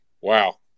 wow